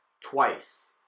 twice